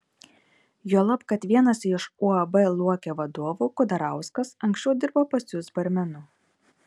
juolab kad vienas iš uab luokė vadovų kudarauskas anksčiau dirbo pas jus barmenu